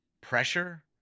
pressure